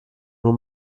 nur